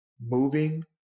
moving